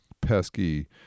pesky